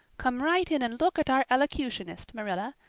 come right in and look at our elocutionist, marilla.